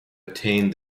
attained